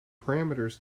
parameters